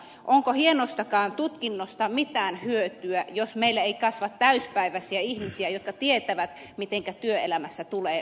mutta onko hienostakaan tutkinnosta mitään hyötyä jos meillä ei kasva täyspäiväisiä ihmisiä jotka tietävät mitenkä työelämässä tulee olla